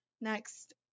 Next